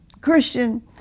Christian